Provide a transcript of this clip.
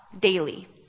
daily